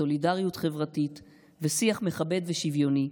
סולידריות חברתית ושיח מכבד ושוויוני,